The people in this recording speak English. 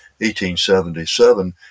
1877